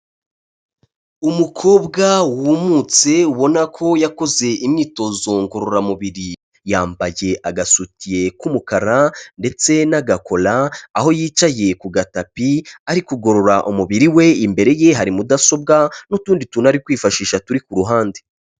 Umukobwa wumutse, ubona ko yakoze imyitozo ngororamubiri. Yambaye agasutiye k'umukara ndetse n'agakora, aho yicaye ku gatapi ari kugorora umubiri we, imbere ye hari mudasobwa n'utundi tuntu ari kwifashisha turi ku ruhande.